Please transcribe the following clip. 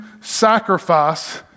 sacrifice